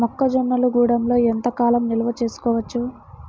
మొక్క జొన్నలు గూడంలో ఎంత కాలం నిల్వ చేసుకోవచ్చు?